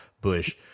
bush